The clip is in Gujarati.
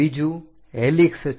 બીજું હેલિક્સ છે